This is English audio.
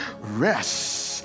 Rest